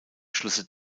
schlüsse